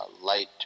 light